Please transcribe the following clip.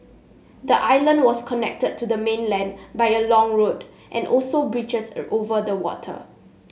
the island was connected to the mainland by a long road and also bridges over the water